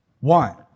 one